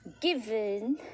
given